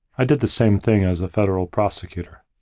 i did the same thing as a federal prosecutor.